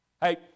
Hey